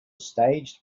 staged